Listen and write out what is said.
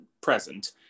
present